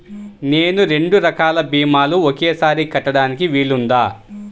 నేను రెండు రకాల భీమాలు ఒకేసారి కట్టడానికి వీలుందా?